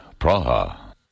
Praha